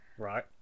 right